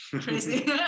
crazy